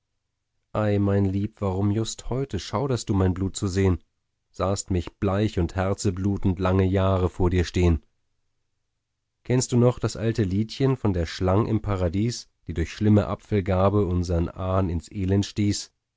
ei mein lieb warum just heute schauderst du mein blut zu sehn sahst mich bleich und herzeblutend lange jahre vor dir stehn kennst du noch das alte liedchen von der schlang im paradies die durch schlimme apfelgabe unsern ahn ins elend stieß